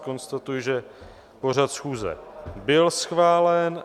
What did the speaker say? Konstatuji, že pořad schůze byl schválen.